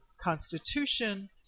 constitution